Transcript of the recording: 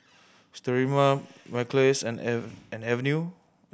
Sterimar and Avene